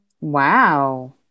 Wow